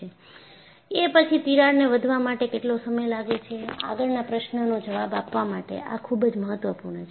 એ પછી તિરાડ ને વધવા માટે કેટલો સમય લાગે છે આગળના પ્રશ્નનનો જવાબ આપવા માટે આ ખૂબ જ મહત્વપૂર્ણ છે